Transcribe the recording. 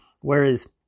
Whereas